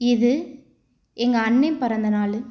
இது எங்கள் அண்ணேண் பிறந்த நாள்